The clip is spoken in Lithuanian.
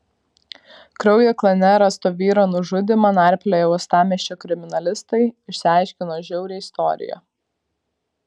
kraujo klane rasto vyro nužudymą narplioję uostamiesčio kriminalistai išsiaiškino žiaurią istoriją